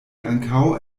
ankaŭ